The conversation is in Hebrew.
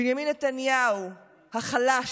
בנימין נתניהו החלש,